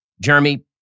Jeremy